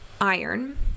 iron